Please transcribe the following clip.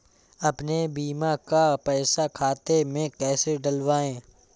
अपने बीमा का पैसा खाते में कैसे डलवाए?